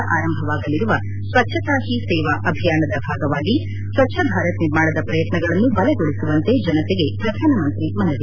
ಶನಿವಾರ ಆರಂಭವಾಗಲಿರುವ ಸ್ವಚ್ಛತಾ ಹಿ ಸೇವಾ ಅಭಿಯಾನದ ಭಾಗವಾಗಿ ಸ್ವಚ್ಛಭಾರತ್ ನಿರ್ಮಾಣದ ಪ್ರಯತ್ನಗಳನ್ನು ಬಲಗೊಳಿಸುವಂತೆ ಜನತೆಗೆ ಪ್ರಧಾನಮಂತ್ರಿ ಮನವಿ